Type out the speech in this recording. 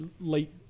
late